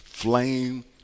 Flame